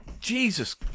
Jesus